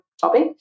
topic